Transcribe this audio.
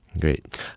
Great